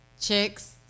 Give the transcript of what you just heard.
chicks